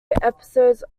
episodes